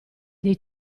dei